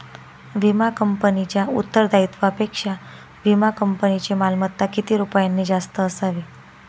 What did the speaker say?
विमा कंपनीच्या उत्तरदायित्वापेक्षा विमा कंपनीची मालमत्ता किती रुपयांनी जास्त असावी?